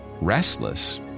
restless